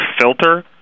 filter